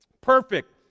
perfect